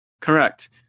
Correct